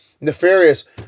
Nefarious